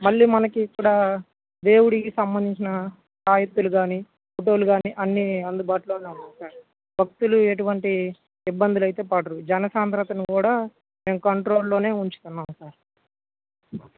మళ్ళీ మనకి ఇక్కడ దేవుడికి సంబంధించిన తాయత్తులు కాని ఫోటోలు కాని అన్ని అందుబాటులోనే ఉన్నాయి సార్ భక్తులు ఎటువంటి ఇబ్బందులు అయితే పడరు జనసాంద్రతను కూడా మేం కంట్రోల్లోనే ఉంచుతున్నాం సార్